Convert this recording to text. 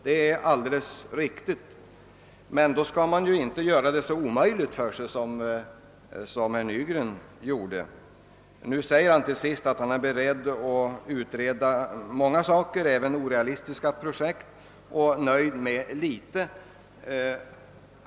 Det är alldeles riktigt — men då skall man ju inte göra det så omöjligt för sig som herr Nygren gjorde. Han sade att han är beredd att utreda — även orealistiska projekt — och att han är nöjd med litet.